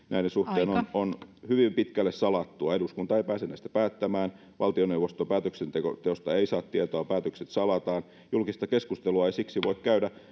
näiden asehankintojen suhteen on hyvin pitkälle salattua eduskunta ei pääse näistä päättämään valtioneuvoston päätöksenteosta ei saa tietoa päätökset salataan julkista keskustelua ei siksi voi käydä